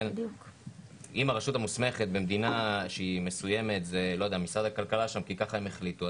אם במדינה מסוימת הרשות המוסמכת היא משרד הכלכלה כי כך הם החליטו,